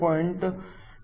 6 2